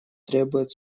требует